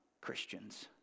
Christians